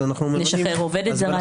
-- בית המשפט או הרשם, כן.